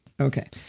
Okay